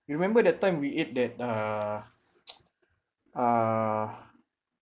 you remember that time we ate that uh uh